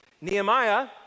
Nehemiah